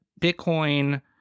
Bitcoin